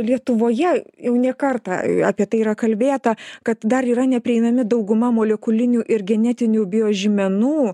lietuvoje jau ne kartą apie tai yra kalbėta kad dar yra neprieinami dauguma molekulinių ir genetinių biožymenų